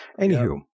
anywho